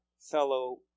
fellow